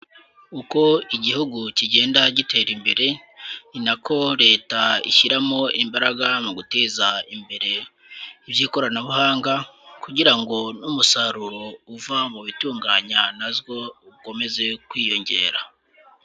Uko igihugu kigenda gitera imbere ni nako Leta ishyiramo imbaraga mu guteza imbere iby'ikoranabuhanga, kugira ngo n'umusaruro uva mu itunganwa na zo ukomeze kwiyongera.